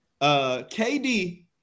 KD